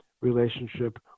relationship